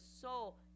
soul